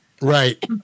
right